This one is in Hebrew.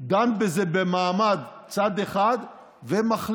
דן בזה במעמד צד אחד ומחליט.